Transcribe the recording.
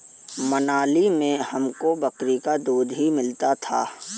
मनाली में हमको बकरी का दूध ही मिलता था